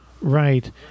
Right